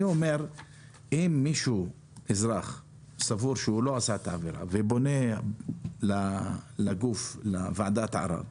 אני אומר שאם אזרח סבור שהוא לא עשה את העבירה ופונה לוועדת ערר,